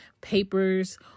papers